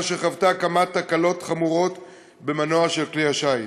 שחוותה כמה תקלות חמורות במנוע כלי השיט.